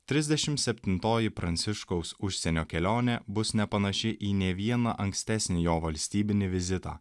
trisdešim septintoji pranciškaus užsienio kelionė bus nepanaši į nė vieną ankstesnį jo valstybinį vizitą